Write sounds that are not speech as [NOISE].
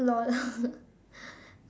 lol [LAUGHS]